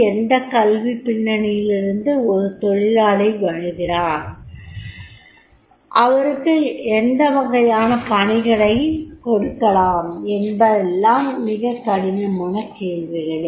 எந்தக் கல்விப் பின்னணியிலிருந்து ஒரு தொழிலாளி வந்திருக்கிறார் அவருக்கு எந்த வகையான பணிகளைக் கொடுக்கலாம் என்பதெல்லாம் மிகக் கடினமான கேள்விகளே